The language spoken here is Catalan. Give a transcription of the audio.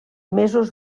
mesos